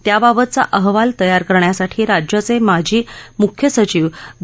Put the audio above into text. त्याबाबतचा अहवाल तयार करण्यासाठी राज्याचे माजी मुख्य सचिव द